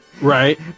right